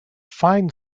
find